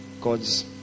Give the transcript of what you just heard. God's